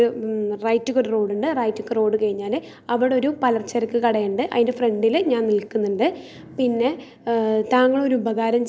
പിന്നെ ഞാൻ മറ്റ് ഭാഷകളിലായി തമിഴ് തെലുങ്ക് ഹിന്ദി ഒക്കെ ഞാൻ കാണാറുണ്ട് വി ചാനലുകളും ഒക്കെ ഞാൻ കാണാറുണ്ട് എന്നെ കുറേ സഹായിച്ചിട്ടുമുണ്ട്